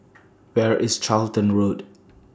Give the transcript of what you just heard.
Where IS Charlton Road